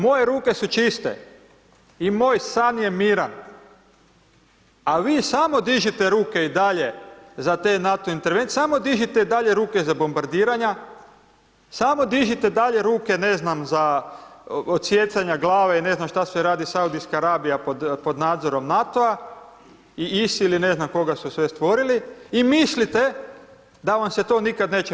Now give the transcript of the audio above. Moje ruke su čiste i moj san je miran a vi samo dižite ruke i dalje za te NATO intervencije, samo dižite i dalje ruke za bombardiranja, samo dižite dalje ruke ne znam za odsijecanja glave i ne znam šta sve radi Saudijska Arabija pod nadzorom NATO-a i ISIL i ne znam koga su sve stvorili i mislite da vam se to nikad neće vratiti.